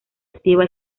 activa